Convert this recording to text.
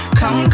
come